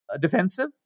defensive